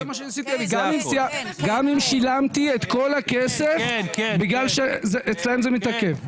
גם אם שילמתי את כל הכסף בגלל שאצלם זה מתעכב.